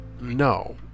no